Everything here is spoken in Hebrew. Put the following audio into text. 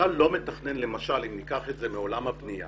אם ניקח את זה מעולם הבנייה